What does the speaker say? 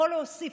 להוסיף.